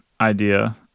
idea